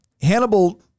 Hannibal